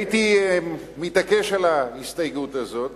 הייתי מתעקש על ההסתייגות הזאת,